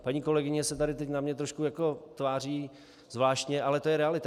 Paní kolegyně se tady teď na mě trošku tváří zvláštně, ale to je realita.